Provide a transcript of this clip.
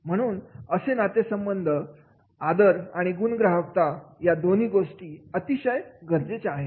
म्हणून असं नातेसंबंधांमध्ये आदर आणि गुणग्राहकता दोन्ही गोष्टी अतिशय गरजेच्या आहेत